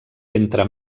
entre